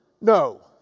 No